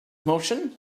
motion